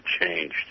changed